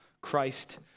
Christ